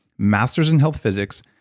master's in health physics,